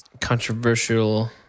controversial